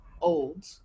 old